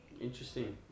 Interesting